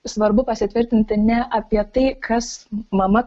svarbu pasitvirtinti ne apie tai kas mama